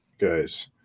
Guys